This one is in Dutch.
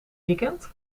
weekend